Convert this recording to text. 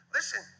Listen